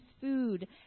food